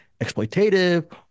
exploitative